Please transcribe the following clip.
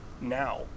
now